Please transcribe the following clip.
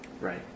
Right